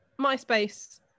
myspace